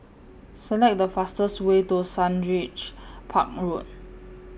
Select The fastest Way to Sundridge Park Road